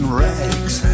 rags